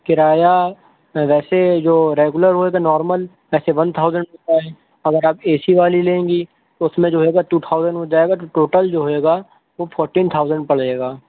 کرایہ ویسے جو ریگولر بولے تو نارمل ویسے ون تھاؤزنڈ روپے ہے اگر آپ اے سی والی لیں گی تو اس میں جو ہوگا ٹو ٹھاؤزین ہو جائے گا تو ٹوٹل جو ہوگا وہ فورٹین تھاؤزینڈ پڑے گا